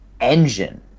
engine